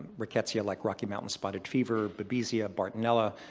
rickettsia, like rocky mountain spotted fever, babesia, bartonella,